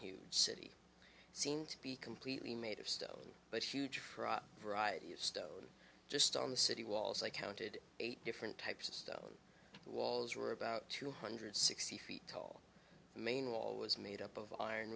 huge city seem to be completely made of stone but huge for a variety of stone just on the city walls i counted eight different types of stone walls were about two hundred sixty feet tall the main wall was made up of iron